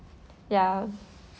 ya